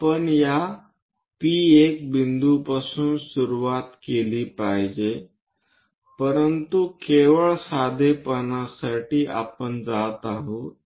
आपण या P1 बिंदूपासून सुरुवात केली पाहिजे परंतु केवळ साधेपणासाठी आपण जात आहोत